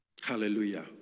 Hallelujah